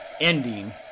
ending